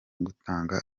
gutanga